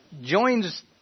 joins